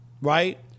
Right